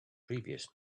previous